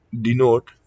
denote